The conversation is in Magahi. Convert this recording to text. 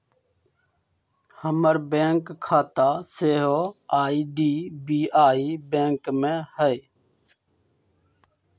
हमर बैंक खता सेहो आई.डी.बी.आई बैंक में हइ